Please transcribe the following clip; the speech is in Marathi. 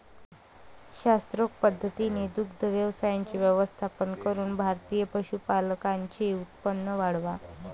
शास्त्रोक्त पद्धतीने दुग्ध व्यवसायाचे व्यवस्थापन करून भारतीय पशुपालकांचे उत्पन्न वाढवा